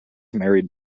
married